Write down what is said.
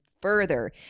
further